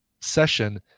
session